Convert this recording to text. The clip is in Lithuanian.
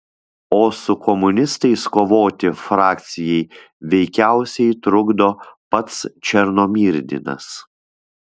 o su komunistais kovoti frakcijai veikiausiai trukdo pats černomyrdinas